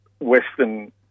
Western